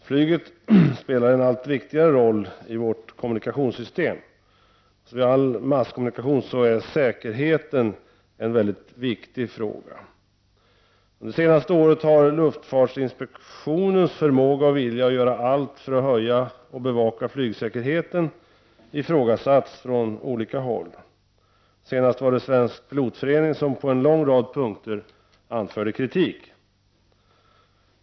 Herr talman! Flyget spelar en allt viktigare roll i vårt kommunikationssystem. Liksom vid all masskommunikation är säkerheten en mycket viktig fråga. Under det senaste året har luftfartsinspektionens förmåga och vilja att göra allt för att höja och bevaka flygsäkerheten ifrågasatts från olika håll. Senast var det Svensk pilotförening som på en lång rad punkter anförde kritik.